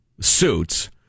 suits